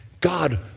God